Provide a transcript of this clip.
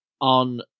On